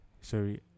sorry